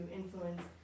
influence